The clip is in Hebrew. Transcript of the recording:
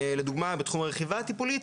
לדוגמה בתחום הרכיבה הטיפולית,